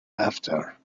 after